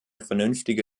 vernünftige